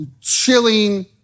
chilling